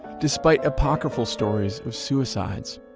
despite apocryphal stories of suicides,